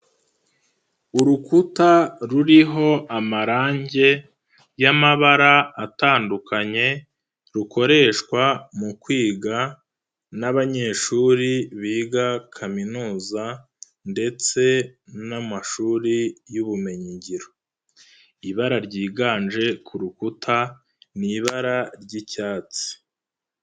Urukuta ruriho amarange y'amabara atandukanye, rukoreshwa mu kwiga n'abanyeshuri biga kaminuza ndetse n'amashuri y'ubumenyingiro. Ibara ryiganje ku rukuta, ni ibara ry'icyatsi.